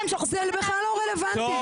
זה בכלל לא רלוונטי.